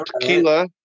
tequila